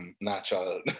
natural